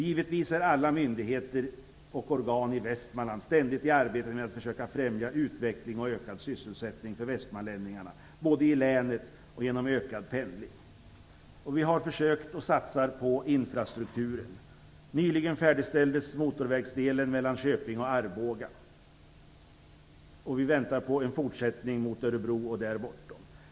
Givetvis är alla myndigheter och organ i Västmanland ständigt i arbete med att försöka främja utveckling och ökad sysselsättning för västmanlänningarna, både inom länet och genom ökad pendling. Vi har försökt att satsa på infrastrukturer. Nyligen färdigställdes motorvägsdelen mellan Köping och Arboga. Vi väntar på en fortsättning mot Örebro och där bortom.